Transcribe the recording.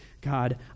God